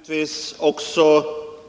Herr talman! Jag är naturligtvis också